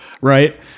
right